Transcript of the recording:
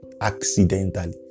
accidentally